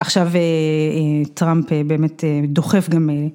עכשיו טראמפ באמת דוחף גם